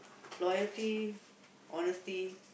loyalty honesty